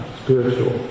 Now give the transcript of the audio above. spiritual